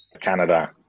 Canada